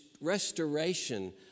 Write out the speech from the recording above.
restoration